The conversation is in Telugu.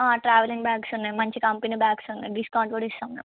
ట్రావెలింగ్ బ్యాగ్స్ ఉన్నాయి మంచి కంపెనీ బ్యాగ్స్ ఉన్నాయి డిస్కౌంట్ కూడా ఇస్తాము మేము